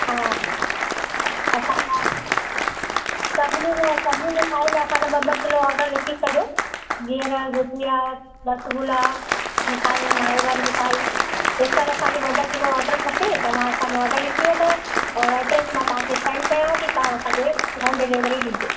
हा असां सभिनी में सभिनी मिठाई मां ॿ ॿ किलो ऑडर लिखी छॾियो गीहर गुजिया रसगुल्ला मिठायूं मावे वारी मिठाई हीअ सभु असांखे ॿ ॿ किलो ऑडर खपे तव्हां असांजो ऑडर लिखी वठो और एड्रेस मां तव्हांखे सेंड कयांव थी तव्हां असांखे होम डिलेवरी ॾिजो